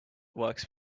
works